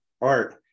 art